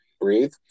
breathe